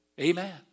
Amen